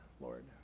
Lord